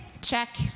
check